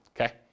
okay